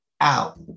out